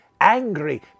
Angry